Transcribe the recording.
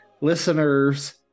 listeners